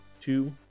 two